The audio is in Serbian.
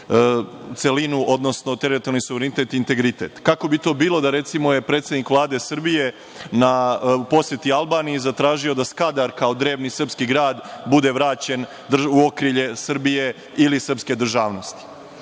celinu, odnosno teritorijalni suverinitet i integritet? Kako bi bilo da je predsednik Vlade Srbije u poseti Albaniji zatražio da Skadar, kao drevni srpski grad, bude vraćen u okrilje Srbije ili srpske države? Drugo